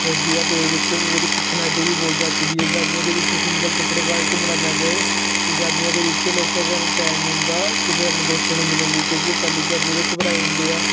hobby ਆ ਅਤੇ ਉਹਦੇ ਵਿੱਚ ਮੇਰੀ ਪਰਸਨੈਲਿਟੀ ਵੀ ਬਹੁਤ ਜੱਚਦੀ ਆ ਗਰਮੀਆਂ ਦੇ ਵਿੱਚ ਸਿੰਗਲ ਕੱਪੜੇ ਪਾ ਕੇ ਘੁੰਮਣਾ ਪੈਂਦਾ ਹੈ ਅਤੇ ਗਰਮੀਆਂ ਦੇ ਵਿੱਚ ਲੋਕਾਂ ਕੋਲ ਇੰਨਾ ਟਾਇਮ ਨਹੀਂ ਹੁੰਦਾ ਕਿਤੇ ਆਪਣੇ ਦੋਸਤਾਂ ਨੂੰ ਮਿਲਣ ਲਈ ਕਿਉਂਕਿ ਉਹ ਪਹਿਲੀ ਗਰਮੀ ਤੋਂ ਘਬਰਾਏ ਹੁੰਦੇ ਆ